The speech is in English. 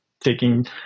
taking